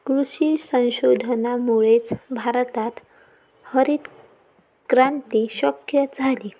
कृषी संशोधनामुळेच भारतात हरितक्रांती शक्य झाली